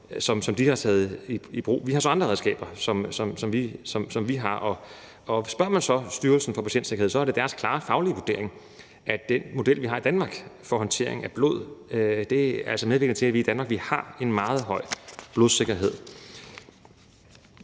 som de har taget i brug. Vi har så andre redskaber, og spørger man så Styrelsen for Patientsikkerhed, er det deres klare faglige vurdering, at den model, vi har i Danmark for håndteringen af blod, altså medvirker til, at vi i Danmark har en meget høj blodsikkerhed.